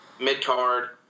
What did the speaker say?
mid-card